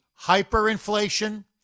hyperinflation